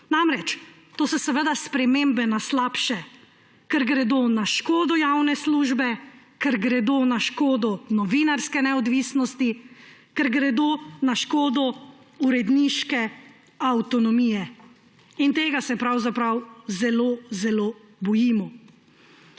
Namreč to so spremembe na slabše, ker gredo na škodo javne službe, ker gredo na škodo novinarske neodvisnosti, ker gredo na škodo uredniške avtonomije, in tega se pravzaprav zelo zelo bojimo.